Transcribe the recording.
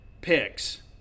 picks